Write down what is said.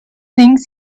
thinks